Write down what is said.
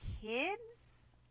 kids